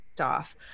off